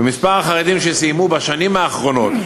ומספר החרדים שסיימו בשנים האחרונות